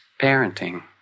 parenting